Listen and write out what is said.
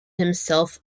himself